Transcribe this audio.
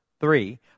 three